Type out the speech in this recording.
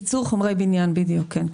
ייצור חומרי בניין, כן.